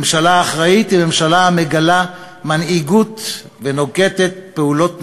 ממשלה אחראית היא ממשלה המגלה מנהיגות ונוקטת פעולות נחרצות,